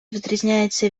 відрізняється